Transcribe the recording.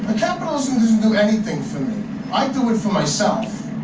doesn't do anything for me i do it for myself.